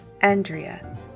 Andrea